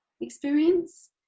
experience